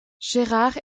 gérard